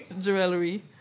Jewelry